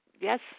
yes